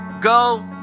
go